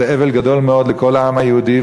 זה אבל גדול מאוד לכל העם היהודי,